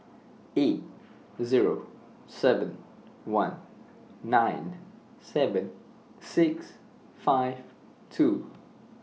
eight Zero seven one nine seven six five two